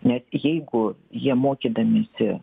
nes jeigu jie mokydamiesi